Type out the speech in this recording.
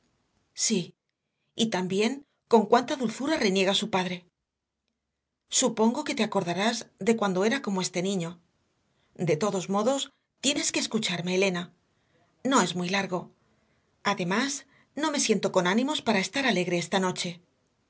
sí y también con cuánta dulzura reniega su padre supongo que te acordarás de cuando era como este niño de todos modos tienes que escucharme elena no es muy largo además no me siento con ánimos para estar alegre esta noche